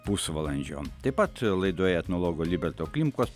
pusvalandžio taip pat laidoje etnologo liberto klimkos